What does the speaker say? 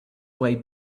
way